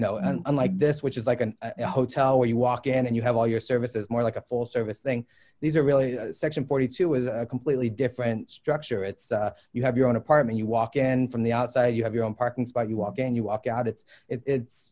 know like this which is like a hotel where you walk in and you have all your services more like a full service thing these are really section forty two with a completely different structure it's you have your own apartment you walk in from the outside you have your own parking spot you walk in and you walk out it's it's